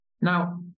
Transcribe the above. Now